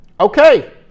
Okay